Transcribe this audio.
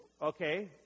Okay